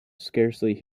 scarcely